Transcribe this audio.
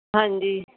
ਹਾਂਜੀ